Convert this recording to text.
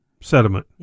sediment